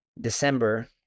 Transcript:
December